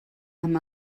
amb